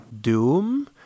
Doom